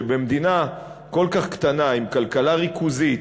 שבמדינה כל כך קטנה עם כלכלה ריכוזית